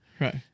Right